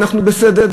אנחנו בסדר,